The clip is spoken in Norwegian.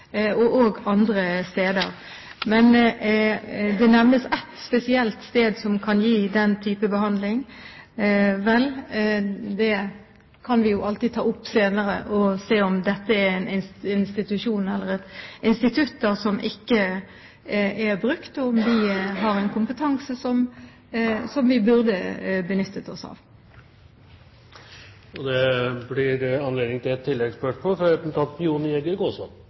og også andre steder. Det nevnes ett spesielt sted som kan gi denne type behandling. Vel, det kan vi alltids ta opp senere, og se på om dette er et institutt som ikke er brukt, men som har en kompetanse som vi burde benyttet oss av. Det blir anledning til ett oppfølgingsspørsmål – fra Jon